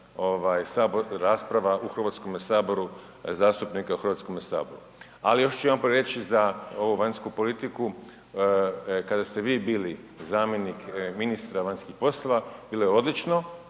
rasprava u Hrvatskome saboru zastupnika u Hrvatskome saboru. Ali još ću jedanput reći za ovu vanjsku politiku, kada ste vi bili zamjenik ministra vanjskih poslova bilo je odlično